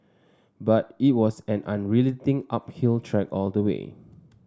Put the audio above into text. but it was an unrelenting uphill trek all the way